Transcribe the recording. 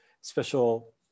special